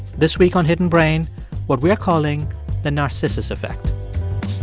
this week on hidden brain what we are calling the narcissus effect